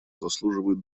заслуживают